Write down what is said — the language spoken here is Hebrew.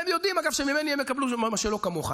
הם יודעים, אגב, שממני הם יקבלו, שלא כמוך.